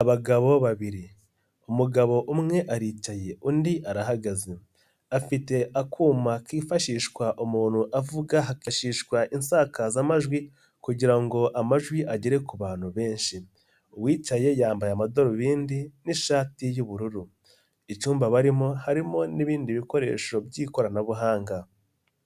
Abagabo babiri umugabo umwe aricaye undi arahagaze, afite akuma kifashishwa umuntu avuga hafashishwa insakazamajwi kugira ngo amajwi agere ku bantu benshi, uwicaye yambaye amadarubindi n'ishati y'ubururu, icyumba barimo harimo n'ibindi bikoresho by'ikoranabuhanga.